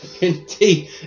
Indeed